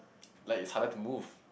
like it's harder to move